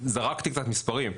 זרקתי קצת מספרים.